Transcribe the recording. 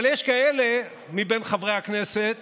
אבל יש כאלה מבין חברי הכנסת